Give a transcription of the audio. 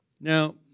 Now